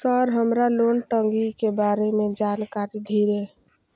Sir हमरा loan टंगी के बारे में जान कारी धीरे?